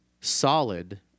solid